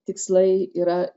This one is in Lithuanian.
tikslai yra